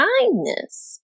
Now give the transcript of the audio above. kindness